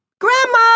Grandma